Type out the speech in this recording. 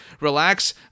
relax